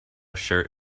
shirt